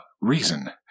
reason